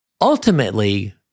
Ultimately